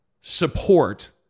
support